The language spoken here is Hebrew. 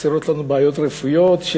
חסרות לנו בעיות רפואיות,